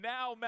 Now